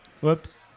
Whoops